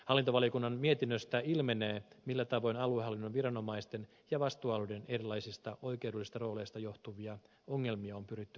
hallintovaliokunnan mietinnöstä ilmenee millä tavoin aluehallinnon viranomaisten ja vastuualueiden erilaisista oikeudellisista rooleista johtuvia ongelmia on pyritty ratkaisemaan